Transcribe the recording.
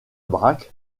brac